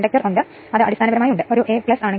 അതിനാൽ ഇത് അടിസ്ഥാനപരമായി 88